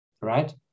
right